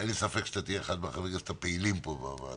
אין לי ספק שאתה תהיה אחד מחברי הכנסת הפעילים פה בוועדה.